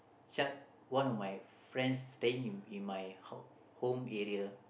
this one of my friend staying in in my home area